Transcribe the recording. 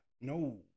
No